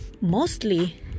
Mostly